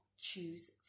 choose